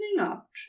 up